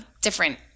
different